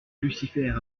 lucifer